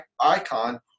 icon –